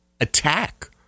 attack